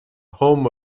home